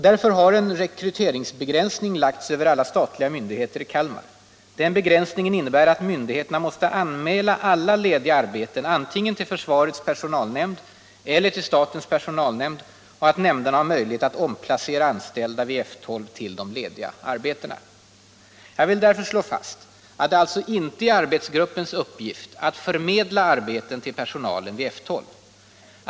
Därför har en rekryteringsbegränsning lagts över alla statliga myndigheter i Kalmar. Den begränsningen innebär att myndigheterna måste anmäla alla lediga arbeten antingen till försvarets personalnämnd eller till statens personalnämnd och att nämnderna har möjlighet att omplacera anställda vid F12 till de lediga arbetena. Jag vill därför slå fast att det alltså inte är arbetsgruppens uppgift att förmedla arbeten till personalen vid F 12.